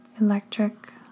electric